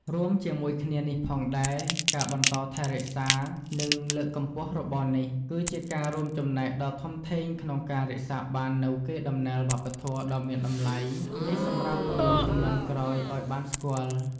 រួមជាមួយគ្នានេះផងដែរ ការបន្តថែរក្សា និងលើកកម្ពស់របរនេះ គឺជាការរួមចំណែកដ៏ធំធេងក្នុងការរក្សាបាននូវកេរដំណែលវប្បធម៌ដ៏មានតម្លៃនេះសម្រាប់មនុស្សជំនាន់ក្រោយឲ្យបានស្គាល់។